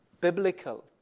biblical